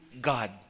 God